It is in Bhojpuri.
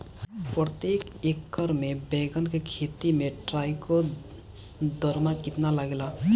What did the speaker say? प्रतेक एकर मे बैगन के खेती मे ट्राईकोद्रमा कितना लागेला?